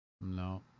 No